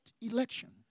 election